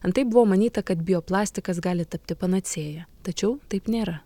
antai buvo manyta kad bioplastikas gali tapti panacėja tačiau taip nėra